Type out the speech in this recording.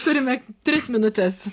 turime tris minutes